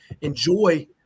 enjoy